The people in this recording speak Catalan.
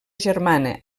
germana